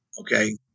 Okay